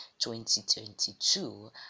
2022